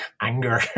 anger